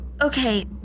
Okay